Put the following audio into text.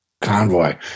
convoy